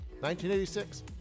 1986